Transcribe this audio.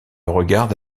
regarde